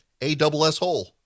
A-double-S-hole